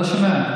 לא שומע.